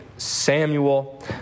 Samuel